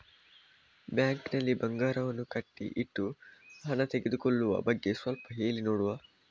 Bank ನಲ್ಲಿ ಬಂಗಾರವನ್ನು ಇಟ್ಟು ಹಣ ತೆಗೆದುಕೊಳ್ಳುವ ಬಗ್ಗೆ ಸ್ವಲ್ಪ ಹೇಳಿ ನೋಡುವ?